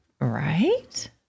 Right